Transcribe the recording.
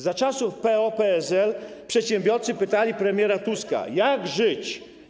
Za czasów PO-PSL przedsiębiorcy pytali premiera Tuska: Jak żyć?